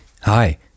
hi